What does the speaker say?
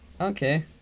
Okay